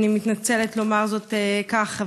אני מתנצלת לומר זאת כך,